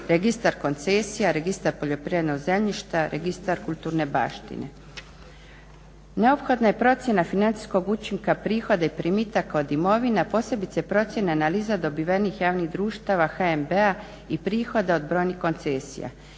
Registar koncesija, Registar poljoprivrednog zemljišta, Registar kulturne baštine. Neophodna je procjena financijskog učinka prihoda i primitaka od imovine, a posebice procjena analiza dobivenih javnih društava HNB-a i prihoda od brojnih koncesija.